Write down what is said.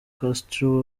castro